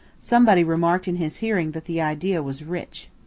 somebody remarked in his hearing that the idea was rich.